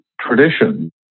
tradition